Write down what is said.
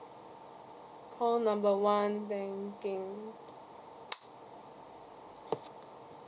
call number one banking